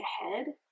ahead